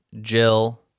Jill